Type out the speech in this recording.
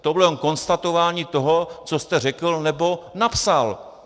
To bylo jenom konstatování toho, co jste řekl nebo napsal.